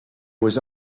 was